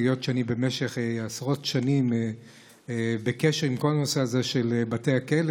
היות שאני במשך עשרות שנים בכל הנושא הזה של בתי הכלא,